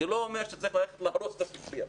אני לא אומר שצריך ללכת להרוס את הספרייה,